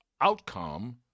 outcome